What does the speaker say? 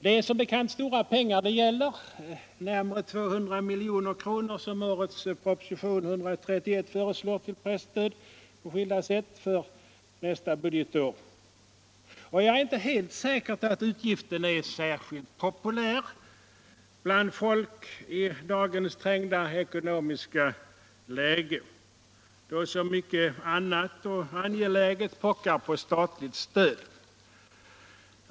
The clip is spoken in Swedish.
Det är som bekant stora pengar det gäller - närmare 200 milj.kr. som årets proposition 131 föreslår till presstöd på skilda sätt för nästa budgetår. Jag känner mig inte helt säker på att den utgiften är särskilt populär bland folk i dagens trängda ekonomiska läge, då så mycket annat och angeläget pockar på statsstöd.